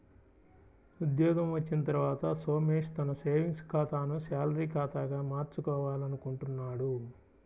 ఉద్యోగం వచ్చిన తర్వాత సోమేష్ తన సేవింగ్స్ ఖాతాను శాలరీ ఖాతాగా మార్చుకోవాలనుకుంటున్నాడు